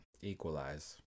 Equalize